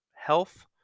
health